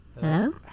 Hello